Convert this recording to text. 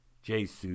Jesus